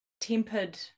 tempered